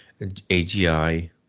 AGI